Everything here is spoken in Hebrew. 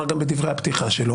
הוא גם אמר בדברי הפתיחה שלו